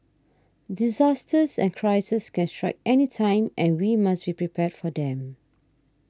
disasters and crises can strike anytime and we must be prepared for them